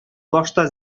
башта